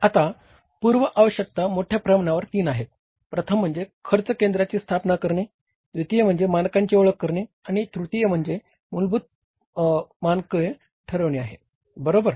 आता पूर्व आवश्यकता मोठ्या प्रमाणावर तीन आहेत प्रथम म्हणजे खर्च केंद्रांची स्थापना करणे द्वितीय म्हणजे मानकांची ओळख करणे आणि तृतीय मूलभूत मानके ठरविणे आहे बरोबर